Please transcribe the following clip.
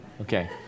Okay